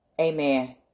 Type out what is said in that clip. amen